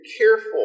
careful